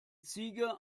ziege